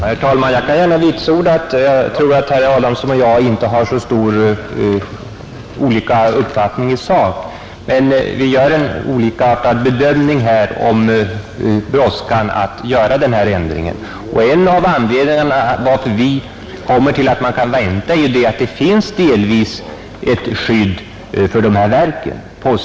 Herr talman! Jag vill gärna vitsorda att herr Adamsson och jag nog inte har så särskilt olika uppfattningar i sak, men vi har olika bedömningar av hur brådskande det är att göra denna ändring. En av anledningarna till att motionärerna stannat för att man kan vänta är att det delvis redan finns ett skydd för de verk det här gäller.